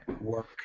Work